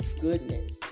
goodness